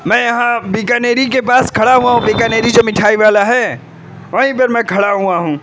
میں یہاں بیکانیری کے پاس کھڑا ہوا ہوں بیکانیری جو مٹھائی والا ہے وہیں پر میں کھڑا ہوا ہوں